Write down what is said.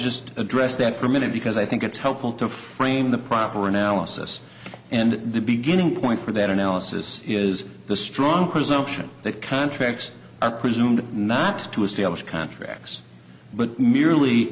just address that for a minute because i think it's helpful to frame the proper analysis and the beginning point for that analysis is the strong presumption that contracts are presumed not to establish contracts but